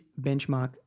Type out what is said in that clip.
benchmark